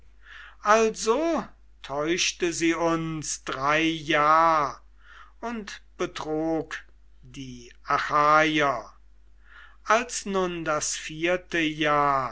also täuschte sie uns drei jahr und betrog die achaier als nun das vierte jahr